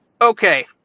Okay